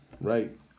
Right